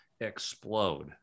explode